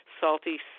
salty